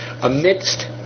amidst